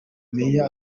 meya